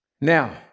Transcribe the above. Now